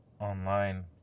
online